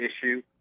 issue